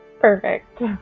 Perfect